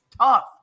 tough